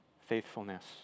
faithfulness